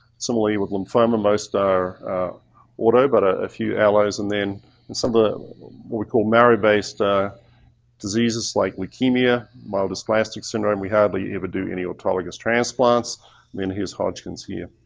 similarly with lymphoma, most are auto but a few allos. and then some of the what we call marrow based ah diseases like leukemia, myelodysplastic syndrome, we hardly ever do any autologous transplants. i mean here's hodgkin's here.